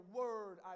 word